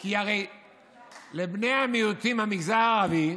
כי הרי לבני המיעוטים מהמגזר הערבי